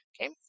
okay